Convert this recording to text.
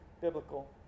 biblical